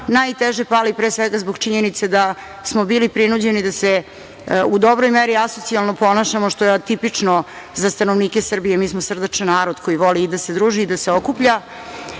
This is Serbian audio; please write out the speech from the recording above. najteže pali, pre svega zbog činjenice da smo bili prinuđeni da se u dobroj meri asocijalno ponašamo, što je atipično za stanovnike Srbije, jer mi smo srdačan narod koji voli da se druži i da se okuplja. Stalno